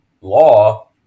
law